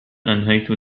أنهيت